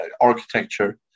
architecture